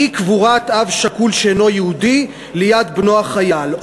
אי-קבורת אב שכול שאינו יהודי ליד בנו החייל,